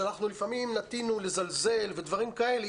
שאנחנו לפעמים נטינו לזלזל ודברים כאלה,